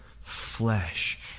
flesh